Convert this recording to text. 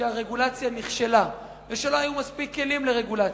שהרגולציה נכשלה ושלא היו מספיק כלים לרגולציה.